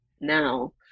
now